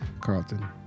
Carlton